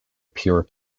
pure